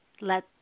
Let